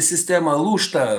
sistema lūžta